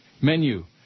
menu